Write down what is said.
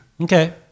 Okay